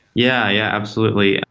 yeah yeah, absolutely.